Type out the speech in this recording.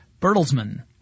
Bertelsmann